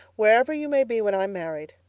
wherever you may be when i'm married.